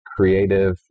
creative